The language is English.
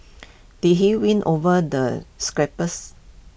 did he win over the